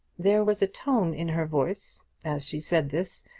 there was a tone in her voice as she said this,